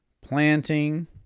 planting